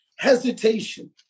Hesitation